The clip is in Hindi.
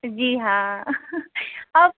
जी हाँ आप